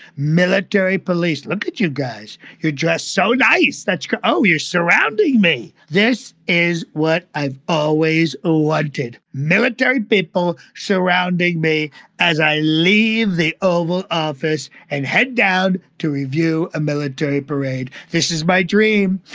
military police. look at you guys. you're dressed so nice. that's good. oh, you're surrounding me. this is what i've always wanted. military people surrounding me as i leave the oval office and head down to review a military parade this is my dream.